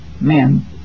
men